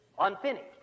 Unfinished